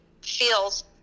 feels